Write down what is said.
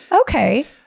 Okay